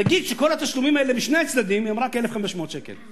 נגיד שכל התשלומים האלה משני הצדדים הם רק 1,500 שקל,